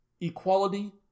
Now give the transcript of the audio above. equality